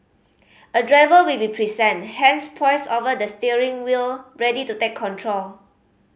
a driver will be present hands poised over the steering wheel ready to take control